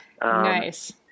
Nice